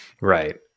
Right